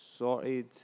sorted